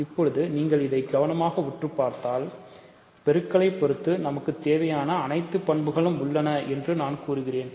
இப்போது நீங்கள் இதை கவனமாக உற்றுப் பார்த்தால்பெருக்களை பொறுத்து நமக்கு தேவையான அனைத்து பண்புகளும் உள்ளன என்று நான் கூறுகிறேன்